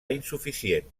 insuficient